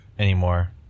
anymore